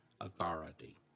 authority